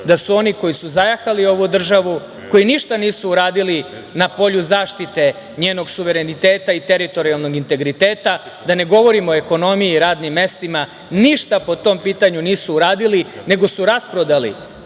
da oni koji su zajahali ovu državu, koji ništa nisu uradili na polju zaštite njenog suvereniteta i teritorijalnog integriteta, da ne govorim o ekonomiji i radnim mestima. Ništa po tom pitanju nisu uradili, nego su rasprodali